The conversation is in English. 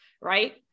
right